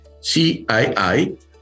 CII